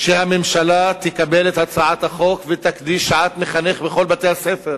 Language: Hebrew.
שהממשלה תקבל את הצעת החוק ותקדיש שעת מחנך בכל בתי-הספר.